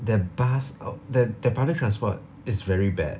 that bus out~ that the public transport is very bad